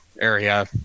area